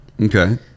Okay